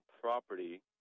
property